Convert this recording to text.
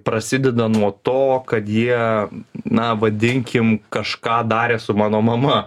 prasideda nuo to kad jie na vadinkim kažką darė su mano mama